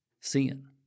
sin